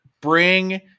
bring